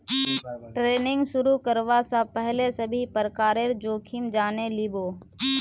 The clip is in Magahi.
ट्रेडिंग शुरू करवा स पहल सभी प्रकारेर जोखिम जाने लिबो